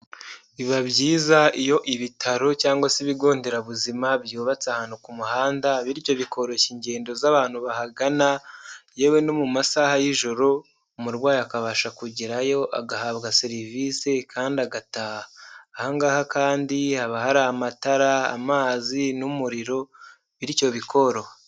Biba byiza iyo ibitaro cyangwa se ibigo nderabuzima byubatse ahantu ku muhanda, bityo bikoroshya ingendo z'abantu bahagana, yewe no mu masaha y'ijoro umurwayi akabasha kugerayo agahabwa serivise kandi agataha. Ahangaha kandi haba hari amatara, amazi n'umuriro bityo bikoroha.